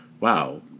Wow